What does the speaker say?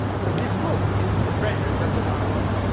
so this book is the presence of the dalai lama.